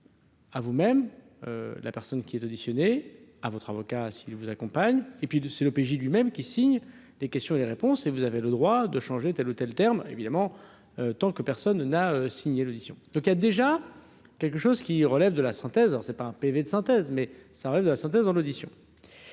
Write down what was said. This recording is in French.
Ah vous même la personne qui était auditionné à votre avocat si vous accompagne et puis de c'est l'OPJ lui-même qui signe des questions et les réponses et vous avez le droit de changer telle ou telle terme évidemment tant que personne n'a signé l'audition le il a déjà quelque chose qui relève de la synthèse, c'est pas un PV de synthèse mais ça relève de la synthèse en l'audition